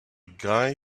guy